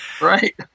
Right